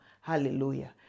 Hallelujah